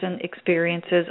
experiences